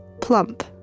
Plump